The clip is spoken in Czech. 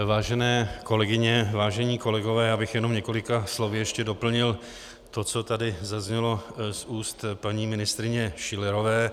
Vážené kolegyně, vážení kolegové, já bych jenom několika slovy ještě doplnil to, co tady zaznělo z úst paní ministryně Schillerové.